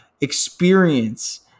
experience